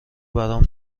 برام